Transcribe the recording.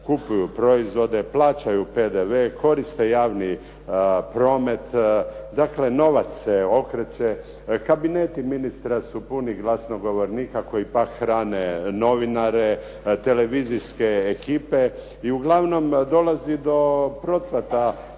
kupuju proizvode, plaćaju PDV, koriste javni promet. Dakle, novac se okreće, kabineti ministra su puni glasnogovornika koji pak hrane novinare, televizijske ekipe i uglavnom dolazi do procvata